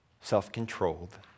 self-controlled